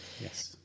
Yes